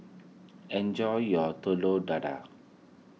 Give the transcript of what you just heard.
enjoy your Telur Dadah